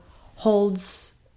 holds